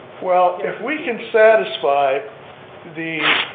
well, if we can satisfy the